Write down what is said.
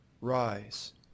Rise